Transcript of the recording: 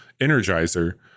Energizer